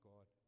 God